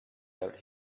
out